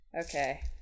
Okay